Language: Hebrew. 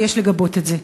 ויש לגבות את זה.